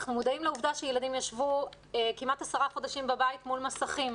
אנחנו מודעים לעובדה שילדים ישבו כמעט עשרה חודשים בבית מול מסכים,